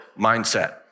mindset